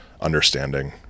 understanding